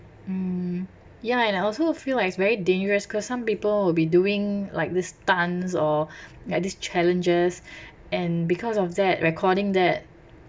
mm ya and I also feel like it's very dangerous cause some people will be doing like this dance or like these challenges and because of that recording that